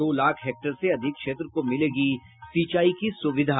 दो लाख हेक्टेयर से अधिक क्षेत्र को मिलेगी सिंचाई की सुविधा